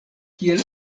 kiel